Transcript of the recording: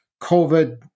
COVID